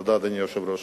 תודה, אדוני היושב-ראש.